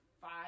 five